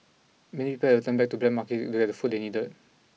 many people had to turn to the black market to get the food they needed